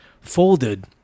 folded